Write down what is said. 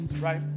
right